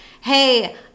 hey